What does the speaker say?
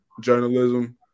journalism